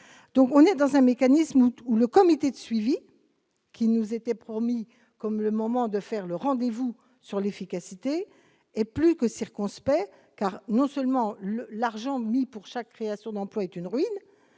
donc on est dans un mécanisme où le comité de suivi qui nous était promis comme le moment de faire le rendez-vous sur l'efficacité et plus que circonspect, car non seulement le l'argent mis pour chaque création d'emplois est une ruine